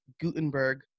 Gutenberg